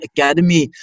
Academy